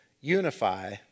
unify